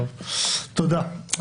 תודה.